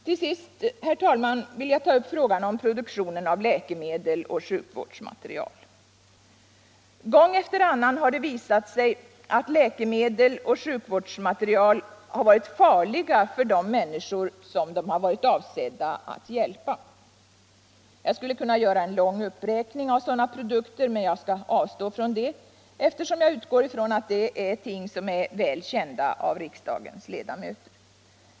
Till sist, herr talman, vill jag ta upp frågan om produktionen av läkemedel och sjukvårdsmateriel. Gång efter annan har det inträffat att läkemedel och sjukvårdsmateriel visat sig vara farliga för de människor som de har varit avsedda att hjälpa. Jag skulle kunna göra en lång uppräkning av sådana produkter, men jag skall avstå från det, eftersom jag utgår ifrån att detta är ting som är väl kända av riksdagens ledamöter.